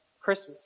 Christmas